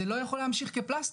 זה לא יכול להמשיך כפלסטרים,